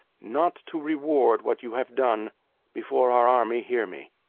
not to reward what you have done before our army hear me.